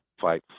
fight